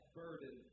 burden